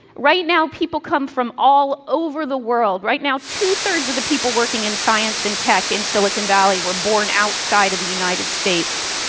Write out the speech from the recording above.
right now people come from all over the world right now two thirds of the people working in science and tech in silicon valley were born outside of the united states.